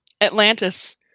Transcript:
Atlantis